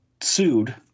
sued